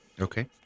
Okay